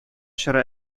чоры